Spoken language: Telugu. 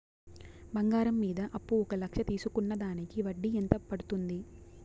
బంగారం మీద అప్పు ఒక లక్ష తీసుకున్న దానికి వడ్డీ ఎంత పడ్తుంది?